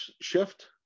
shift